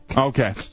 okay